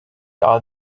are